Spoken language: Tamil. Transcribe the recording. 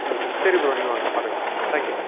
ம் சரி ப்ரோ நீங்கள் வாங்க பார்த்துக்கலாம் தேங்க் யூ